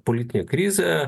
politinė krizė